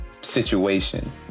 situation